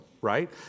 right